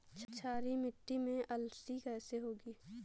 क्षारीय मिट्टी में अलसी कैसे होगी?